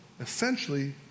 essentially